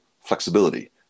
flexibility